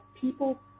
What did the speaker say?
people